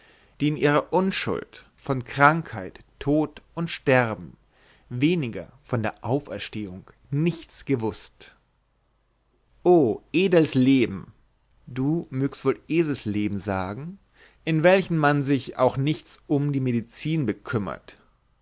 die in ihrer unschuld von krankheit tod und sterben weniger von der auferstehung nichts gewußt o edels leben du mögst wohl eselsleben sagen in welchem man sich auch nichts umb die medizin bekümmert